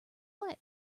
quite